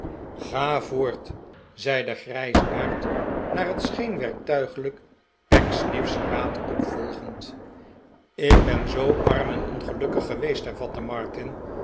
ga voort zei de grijsaard naar het scheen werktuiglijk pecksniffs raad opvolgend tj ik ben zoo arm en ongelukkig geweest hervatte martin